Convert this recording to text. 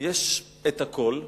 יש הכול,